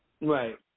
Right